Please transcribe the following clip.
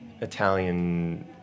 Italian